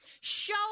show